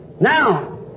Now